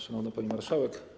Szanowna Pani Marszałek!